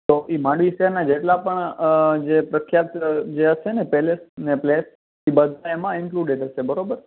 તો એ માંડવી શહેરનાં જેટલાં પણ અઅ જે પ્રખ્યાત જે હશે ને પેલેસ અને પ્લેસ એ બધા એમાં ઇન્ક્લુંડેડ હશે બરાબર